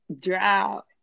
Drought